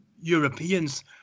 Europeans